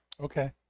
okay